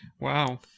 Wow